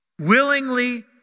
willingly